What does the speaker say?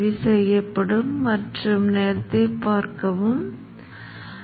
எனவே இந்த சுயவிவரத்தை நாம் உருவகப்படுத்தலாம்